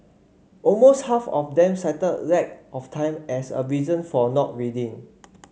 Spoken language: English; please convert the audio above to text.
almost half of them cited lack of time as a reason for not reading